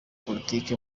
politiki